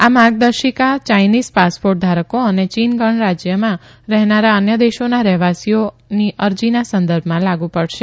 આ માર્ગદર્શિકા Chinese passport ધારકો અને યીન ગણરાજ્યમાં રહેનારા અન્ય દેશોના રહેવાસીઓ અરજીના સંદર્ભમાં લાગુ ઃ ડશે